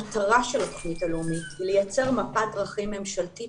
המטרה של התוכנית הלאומית היא לייצר מפת דרכים ממשלתית